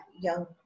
young